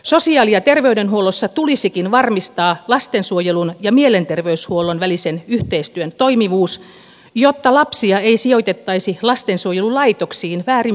sosiaali ja terveydenhuollossa tulisikin varmistaa lastensuojelun ja mielenterveyshuollon välisen yhteistyön toimivuus jotta lapsia ei sijoitettaisi lastensuojelulaitoksiin väärin perustein